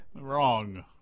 Wrong